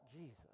Jesus